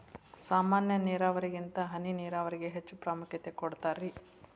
ಸಾಮಾನ್ಯ ನೇರಾವರಿಗಿಂತ ಹನಿ ನೇರಾವರಿಗೆ ಹೆಚ್ಚ ಪ್ರಾಮುಖ್ಯತೆ ಕೊಡ್ತಾರಿ